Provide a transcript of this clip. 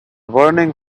burning